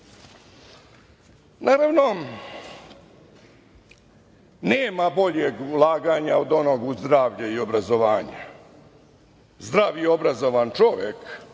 bolje. Naravno, nema boljeg ulaganja od onog u zdravlje i obrazovanje. Zdrav i obrazovan čovek